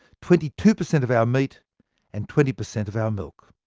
twenty two per cent of our meat and twenty per cent of our milk.